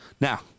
Now